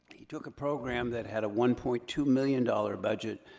he took a program that had a one point two million dollars budget,